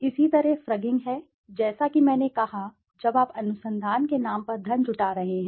इसी तरह फ्रगिंग है जैसा कि मैंने कहा जब आप अनुसंधान के नाम पर धन जुटा रहे हैं